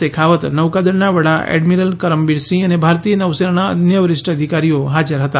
શેખાવત નૌકાદળના વડા એડમિરલ કરમબીર સિંહ અને ભારતીય નૌસેનાના અન્ય વરિષ્ઠ અધિકારીઓ હાજર હતા